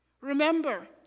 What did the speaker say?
Remember